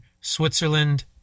Switzerland